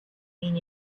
mean